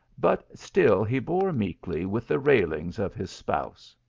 but still he bore meekly with the railings of his spouse.